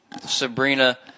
Sabrina